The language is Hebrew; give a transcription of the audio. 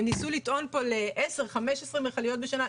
הם ניסו לטעון פה ל-10, 15 מכליות בשנה.